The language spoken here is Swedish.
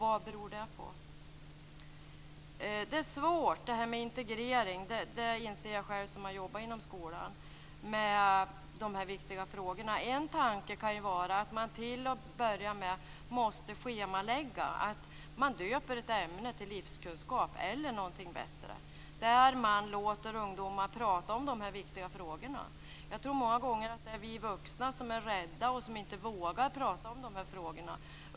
Vad beror detta på? Integreringen av dessa viktiga frågor är svår. Det inser jag själv som har jobbat inom skolan. En tanke är att till att börja med schemalägga ett ämne som döps till livskunskap - eller något annat bättre ord. Ungdomar skall då få prata om dessa viktiga frågor. Det är många gånger vi vuxna som är rädda och inte vågar prata om dessa frågor.